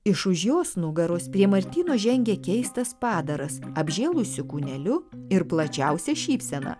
iš už jos nugaros prie martyno žengė keistas padaras apžėlusiu kūneliu ir plačiausia šypsena